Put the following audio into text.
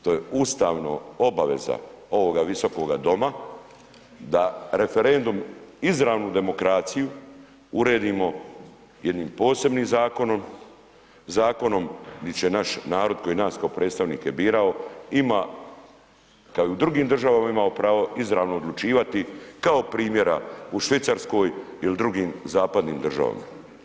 To je ustavno obaveza ovoga Visokoga doma, da referendum, izravnu demokraciju, uredimo jednim posebnim Zakonom, Zakonom di će naš narod koji je nas kao predstavnike birao ima, kao i u drugim državama, imao pravo izravno odlučivati, kao primjera u Švicarskoj ili drugim zapadnim državama.